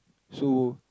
so